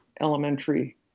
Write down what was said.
elementary